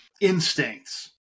instincts